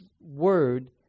word